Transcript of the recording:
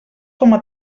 coma